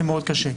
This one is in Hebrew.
זה מאוד קשה.